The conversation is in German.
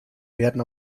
werden